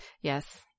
Yes